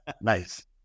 nice